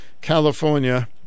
California